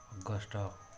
August